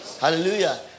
Hallelujah